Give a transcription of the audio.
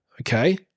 Okay